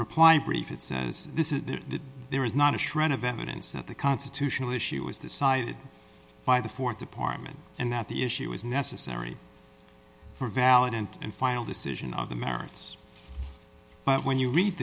reply brief it says this is that there is not a shred of evidence that the constitutional issue is decided by the th department and that the issue is necessary for valid and and final decision on the merits but when you read